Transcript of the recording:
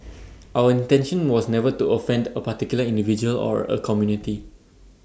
our intention was never to offend A particular individual or A community